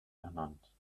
ernannt